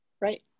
Right